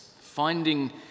Finding